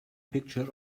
picture